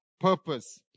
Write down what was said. Purpose